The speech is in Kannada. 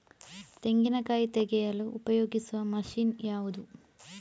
ತೆಂಗಿನಕಾಯಿ ತೆಗೆಯಲು ಉಪಯೋಗಿಸುವ ಮಷೀನ್ ಯಾವುದು?